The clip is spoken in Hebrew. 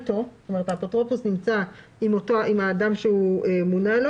האפוטרופוס נמצא עם האדם שהוא מונה לו